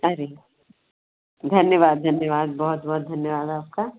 अरे धन्यवाद धन्यवाद बहुत बहुत धन्यवाद आपका